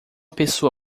pessoa